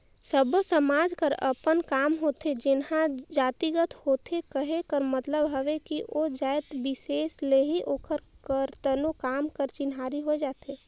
सब्बो समाज कर अपन काम होथे जेनहा जातिगत होथे कहे कर मतलब हवे कि ओ जाएत बिसेस ले ही ओकर करतनो काम कर चिन्हारी होए जाथे